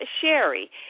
Sherry